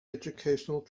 educational